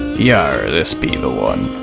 yarr, this be the one.